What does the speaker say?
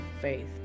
faith